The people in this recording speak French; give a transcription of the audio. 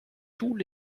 tous